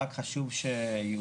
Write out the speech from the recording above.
רק חשוב שיובהר.